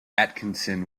atkinson